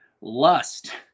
lust